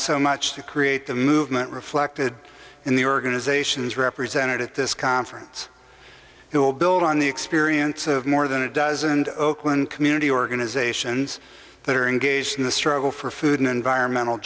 so much to create the movement reflected in the organization's represented at this conference you will build on the experience of more than a dozen oakland community organizations that are engaged in the struggle for food and environmental